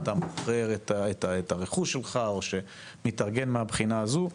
אתה מוכר את הרכוש שלך או שמתארגן מהבחינה הזו,